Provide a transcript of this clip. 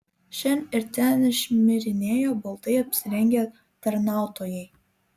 šen ir ten šmirinėjo baltai apsirengę tarnautojai